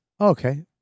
Okay